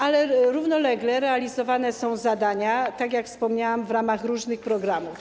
Ale równolegle realizowane są zadania, tak jak wspomniałam, w ramach różnych programów.